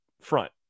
front